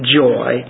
joy